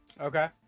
Okay